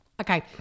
Okay